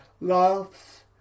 laughs